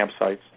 campsites